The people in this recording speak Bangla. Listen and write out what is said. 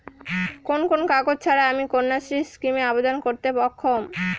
কোন কোন কাগজ ছাড়া আমি কন্যাশ্রী স্কিমে আবেদন করতে অক্ষম?